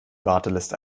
warteliste